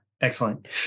Excellent